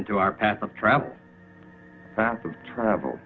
into our path of travel travel